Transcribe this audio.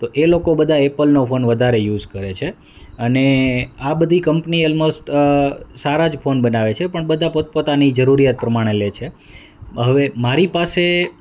તો એ લોકો બધા એપલનો ફોન વધારે યુઝ કરે છે અને આ બધી કંપની ઓલ્મોસ્ટ સારા જ ફોન બનાવે છે પણ બધા પોત પોતાની જરૂરિયાત પ્રમાણે લે છે હવે મારી પાસે